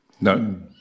no